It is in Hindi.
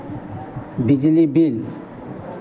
बिजली बिल